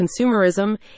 consumerism